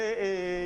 ובנוסף,